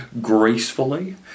gracefully